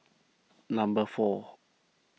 number four